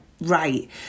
right